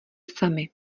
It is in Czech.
samy